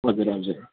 हजुर हजुर